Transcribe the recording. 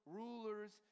rulers